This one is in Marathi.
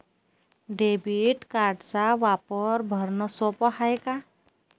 डेबिट कार्डचा वापर भरनं सोप हाय का?